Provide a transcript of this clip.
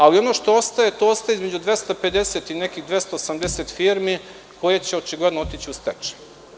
Ali, ono što ostaje, a ostaje između 250 i nekih 280 firmi, to će očigledno otići u stečaj.